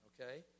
okay